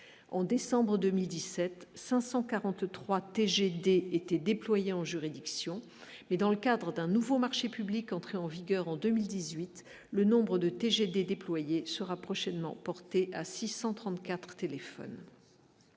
en décembre 2017 543 TGD étaient déployés en juridiction, mais dans le cadre d'un nouveau marché public, entré en vigueur en 2018 le nombre de TGD sera prochainement porté à 634, Tél ce